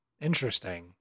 interesting